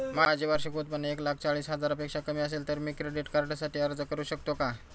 माझे वार्षिक उत्त्पन्न एक लाख चाळीस हजार पेक्षा कमी असेल तर मी क्रेडिट कार्डसाठी अर्ज करु शकतो का?